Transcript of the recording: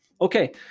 Okay